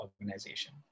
organization